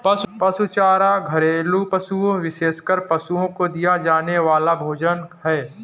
पशु चारा घरेलू पशुओं, विशेषकर पशुओं को दिया जाने वाला भोजन है